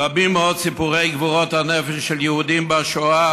רבים מאוד סיפורי גבורות הנפש של יהודים בשואה